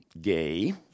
gay